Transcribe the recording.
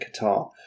Qatar